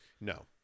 No